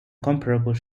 comparable